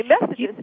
messages